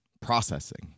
processing